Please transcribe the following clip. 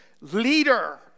leader